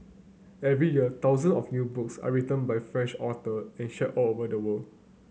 every year thousand of new books are written by French author and shared all over the world